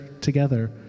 together